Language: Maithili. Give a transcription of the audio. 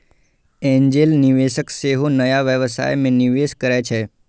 एंजेल निवेशक सेहो नया व्यवसाय मे निवेश करै छै